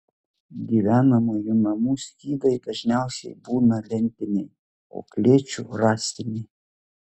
gyvenamųjų namų skydai dažniausiai būna lentiniai o klėčių ręstiniai